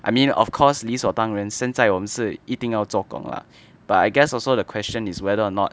I mean of course 理所当然现在我们是一定要做工 lah but I guess also the question is whether or not